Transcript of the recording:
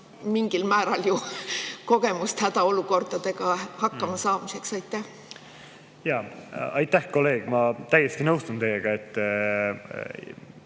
mingil määral ju kogemust hädaolukordadega hakkama saamisel. Aitäh, kolleeg! Ma täiesti nõustun teiega, et